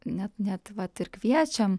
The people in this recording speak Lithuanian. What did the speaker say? net net vat ir kviečiam